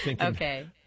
Okay